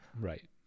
right